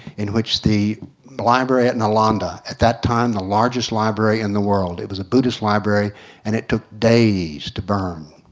in which the library at nalanda india, at that time the largest library in the world, it was a buddhist library and it took days to burn.